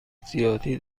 زیادی